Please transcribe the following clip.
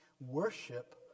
Worship